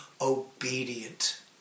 obedient